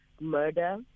murder